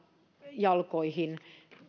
jalkoihin